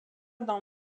dans